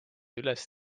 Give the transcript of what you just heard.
üles